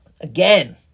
again